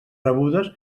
rebudes